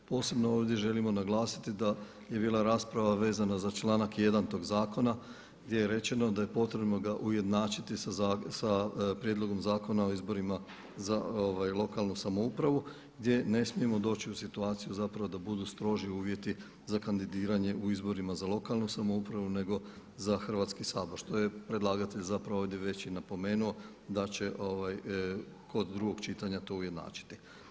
Posebno ovdje želimo naglasiti da je bila rasprava vezana za članak 1. tog zakona gdje je rečeno da je potrebno ga ujednačiti sa Prijedlogom zakona o izborima za lokalnu samoupravu gdje ne smijemo doći u situaciju zapravo da budu stroži uvjeti za kandidiranje u izborima za lokalnu samoupravu nego za Hrvatski sabor što je predlagatelj zapravo ovdje već i napomenuo da će kod drugog čitanja to ujednačiti.